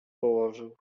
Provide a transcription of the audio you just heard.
położył